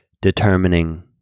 determining